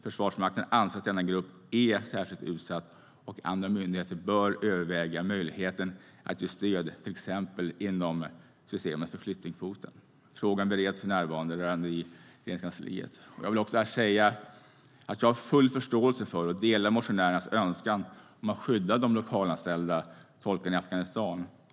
Försvarsmakten anser att denna grupp är särskilt utsatt och att andra myndigheter bör överväga möjligheten att ge stöd, till exempel inom systemet för flyktingkvoten. Frågan bereds för närvarande i Regeringskansliet. Jag har full förståelse för och delar motionärernas önskan att skydda de lokalanställda tolkarna i Afghanistan.